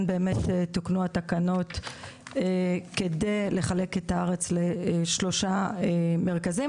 באמת תוקנות התקנות כדי לחלק את הארץ לשלושה מרכזים.